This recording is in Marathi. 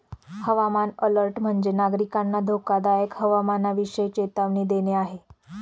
हवामान अलर्ट म्हणजे, नागरिकांना धोकादायक हवामानाविषयी चेतावणी देणे आहे